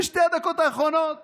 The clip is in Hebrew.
ובשתי הדקות האחרונות